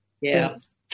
Yes